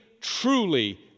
truly